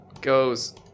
goes